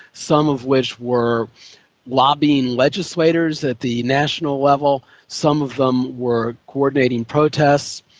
some of which were lobbying legislators at the national level, some of them were coordinating protests.